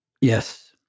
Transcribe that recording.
Yes